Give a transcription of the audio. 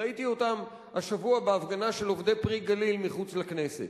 ראיתי אותם השבוע בהפגנה של עובדי "פרי הגליל" מחוץ לכנסת,